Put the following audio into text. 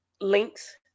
links